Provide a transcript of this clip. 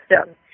system